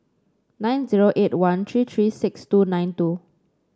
nine zero eight one three three six two nine two